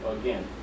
again